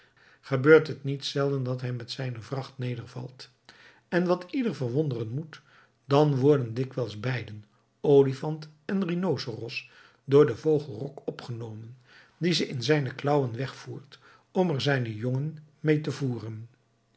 gebeurt het niet zelden dat hij met zijne vracht nedervalt en wat ieder verwonderen moet dan worden dikwijls beiden olifant en rhinoceros door den vogel rok opgenomen die ze in zijne klaauwen wegvoert om er zijne jongen mede te voeden